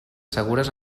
segures